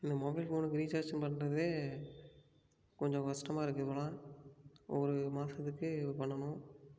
இந்த மொபைல் ஃபோனுக்கு ரீசார்ஜ் பண்ணுறதே கொஞ்சம் கஷ்டமாக இருக்குது இப்போலாம் ஒரு மாதத்துக்கு பண்ணணும்